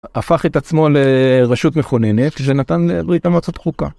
הפך את עצמו לרשות מכוננת, כשנתן לברית המועצות חוקה.